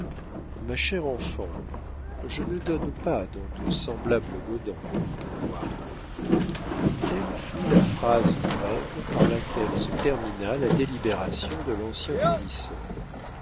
ma chère enfant je ne donne pas dans de semblables godans moi telle fut la phrase brève par laquelle se termina la délibération de l'ancien fournisseur